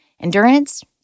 endurance